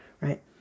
right